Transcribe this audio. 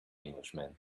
englishman